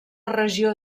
regió